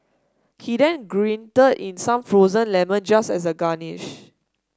he then grated in some frozen lemon just as a garnish